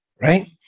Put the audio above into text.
right